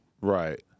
Right